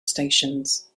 stations